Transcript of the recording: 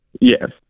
Yes